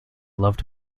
loved